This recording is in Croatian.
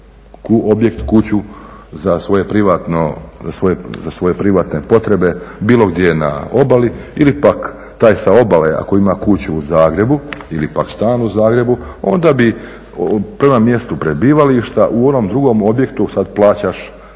objekt, kuću za svoje privatne potrebe bilo gdje na obali ili pak taj sa obale ako ima kuću u Zagrebu ili pak stan u Zagrebu, onda bi prema mjestu prebivališta u onom drugom objektu sada plaćaš